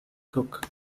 cook